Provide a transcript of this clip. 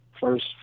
first